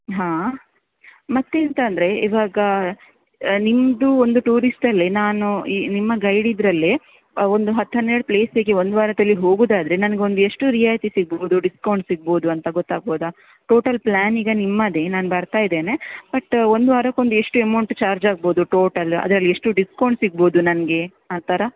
ಹಾಂ ಮತ್ತೆ ಎಂಥ ಅಂದರೆ ಈವಾಗ ನಿಮ್ಮದು ಒಂದು ಟೂರಿಸ್ಟಲ್ಲಿ ನಾನು ಈ ನಿಮ್ಮ ಗೈಡ್ ಇದರಲ್ಲಿ ಒಂದು ಹತ್ತು ಹನ್ನೆರಡು ಪ್ಲೇಸಿಗೆ ಒಂದು ವಾರದಲ್ಲಿ ಹೋಗುವುದಾದ್ರೆ ನನಗೊಂದು ಎಷ್ಟು ರಿಯಾಯಿತಿ ಸಿಗಬಹುದು ಡಿಸ್ಕೌಂಟ್ ಸಿಗಬಹುದು ಅಂತ ಗೊತ್ತಾಗಬಹುದಾ ಟೋಟಲ್ ಪ್ಲ್ಯಾನ್ ಈಗ ನಿಮ್ಮದೇ ನಾನು ಬರ್ತಾ ಇದ್ದೇನೆ ಬಟ್ ಒಂದು ವಾರಕ್ಕೆ ಒಂದು ಎಷ್ಟು ಅಮೌಂಟ್ ಚಾರ್ಜ್ ಆಗಬಹುದು ಟೋಟಲ್ ಅದರಲ್ಲಿ ಎಷ್ಟು ಡಿಸ್ಕೌಂಟ್ ಸಿಗಬಹುದು ನನಗೆ ಆ ಥರ